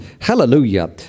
Hallelujah